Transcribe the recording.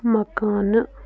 مکانہٕ